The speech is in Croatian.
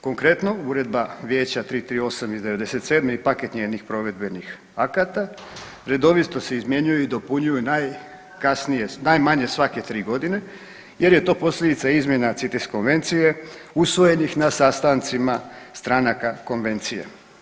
Konkretno Uredba Vijeća 338. iz '97. i paket njenih provedbenih akata redovito se izmjenjuju i dopunjuju najmanje svake tri godine jer je to posljedica izmjena CITES konvencije usvojenih na sastancima stranaka konvencije.